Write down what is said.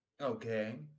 Okay